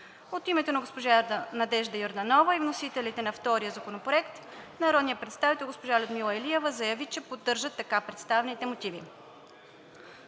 От името на госпожа Надежда Йорданова и вносителите на втория законопроект народният представител госпожа Людмила Илиева заяви, че поддържат така представените мотиви.